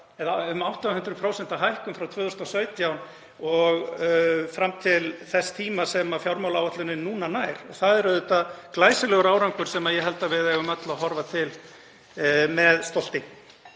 tala um 800% hækkun frá 2017 og fram til þess tíma sem fjármálaáætlunin núna nær. Það er auðvitað glæsilegur árangur sem ég held að við eigum öll að horfa til með stolti.